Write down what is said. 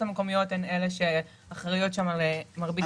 המקומיות אחראיות שם על מרבית התושבים.